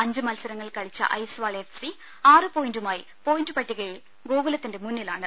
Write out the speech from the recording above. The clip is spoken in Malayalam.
അഞ്ച് മത്സരങ്ങൾ കളിച്ച ഐസ്വാൾ എഫ് സി ആറ് പോയിന്റുമായി പോയിന്റ് പട്ടികയിൽ ഗോകുലത്തിന്റെ മുന്നിലാണ്